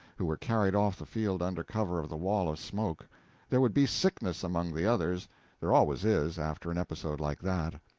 who were carried off the field under cover of the wall of smoke there would be sickness among the others there always is, after an episode like that.